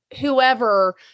whoever